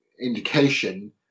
indication